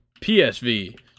PSV